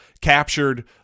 captured